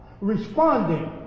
responding